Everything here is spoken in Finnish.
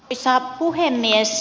arvoisa puhemies